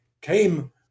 came